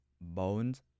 bones